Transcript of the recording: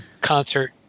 concert